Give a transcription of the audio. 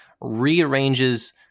rearranges